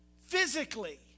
physically